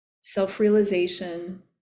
self-realization